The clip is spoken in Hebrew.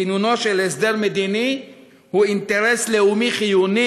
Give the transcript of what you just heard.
כינונו של הסדר מדיני הוא אינטרס לאומי חיוני,